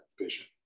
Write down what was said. vision